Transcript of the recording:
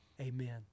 amen